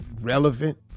relevant